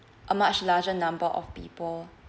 a much larger number of people